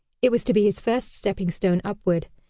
it was to be his first stepping stone upward,